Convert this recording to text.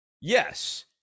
Yes